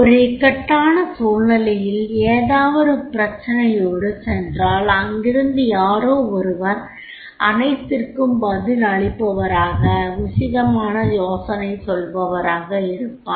ஒரு இக்கட்டான சூழ்நிலையில் ஏதாவதொரு ப்ர்ச்சனையோடு சென்றால் அங்கிருந்து யாரோ ஒருவர் அனைத்திற்கும் பதில் அளிப்பவராக உசிதமான யோசனை சொல்பவராக இருப்பார்